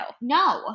No